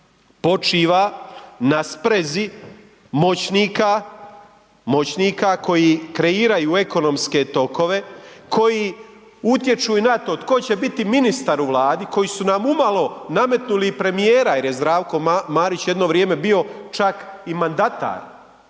počiva na sprezi moćnika, moćnika koji kreiraju ekonomske tokove, koji utječu i na to tko će biti ministar u Vladi koji su nam umalo nametnuli i premijera jer je Zdravko Marić jedno vrijeme bio čak i mandatar